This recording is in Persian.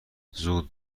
زود